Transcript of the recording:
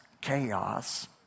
chaos